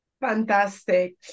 Fantastic